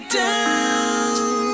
down